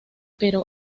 pero